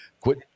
quit